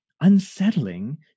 unsettling